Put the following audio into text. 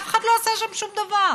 ואף אחד לא עושה שם שום דבר.